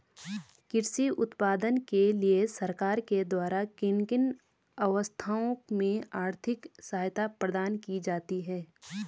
कृषि उत्पादन के लिए सरकार के द्वारा किन किन अवस्थाओं में आर्थिक सहायता प्रदान की जाती है?